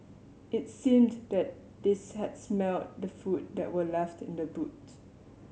it seemed that they had smelt the food that were left in the boot